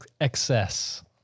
excess